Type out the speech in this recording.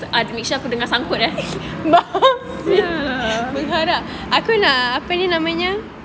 ah tu ni aku tengah sangkut ya